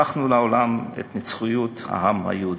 הוכחנו לעולם את נצחיות העם היהודי.